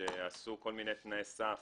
שעשו כל מיני תנאיי סף,